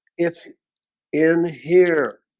it's in here,